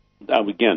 again